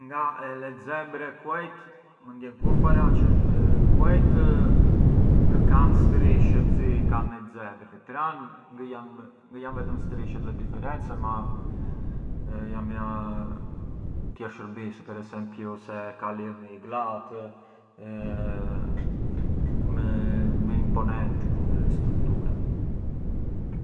Nga le zebre e kuejt mënd jenë kurrë paraç? Kuejt ngë kan strishët si i kan i zebri, pran ngë janë vetëm strishët i differenzi, janë midhema tjerë shurbise, per esempiu kali ë më i glat, ë më imponenti come struttura.